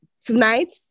tonight